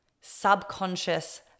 subconscious